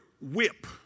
whip